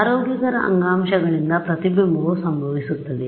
ಆರೋಗ್ಯಕರ ಅಂಗಾಂಶಗಳಿಂದ ಪ್ರತಿಬಿಂಬವು ಸಂಭವಿಸುತ್ತದೆ